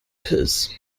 pils